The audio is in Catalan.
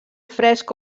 fresc